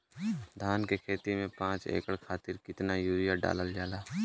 धान क खेती में पांच एकड़ खातिर कितना यूरिया डालल जाला?